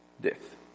death